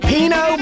Pino